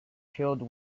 killed